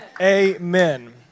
Amen